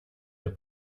der